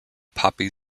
poppy